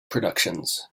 productions